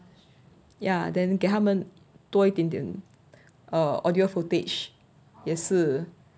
ya then 给他们多一点点 err audio footage 也是